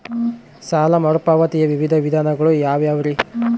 ಸಾಲ ಮರುಪಾವತಿಯ ವಿವಿಧ ವಿಧಾನಗಳು ಯಾವ್ಯಾವುರಿ?